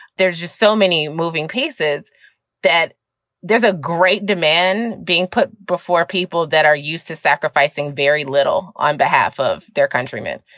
there's just so many moving pieces that there's a great demand being put before people that are used to sacrificing very little on behalf of their countrymen.